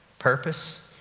purpose,